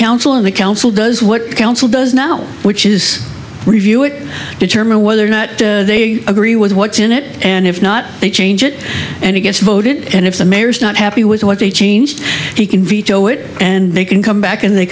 council and the council does what council does now which is review it determine whether or not they agree with what's in it and if not they change it and it gets voted and if the mayor's not happy with what they changed he can veto it and they can come back and they